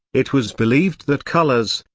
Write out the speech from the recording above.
it was believed that colors,